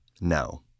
no